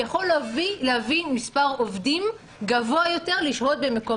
יכול להביא מספר עובדים גבוה יותר לשהות במקום